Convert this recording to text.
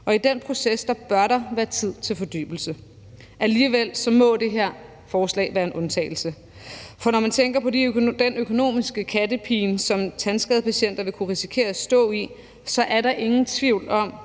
år. I den proces bør der være tid til fordybelse. Alligevel må det her forslag være en undtagelse, for når man tænker på den økonomiske kattepine, som tandskadepatienter vil kunne risikere at stå i, er der ingen tvivl om,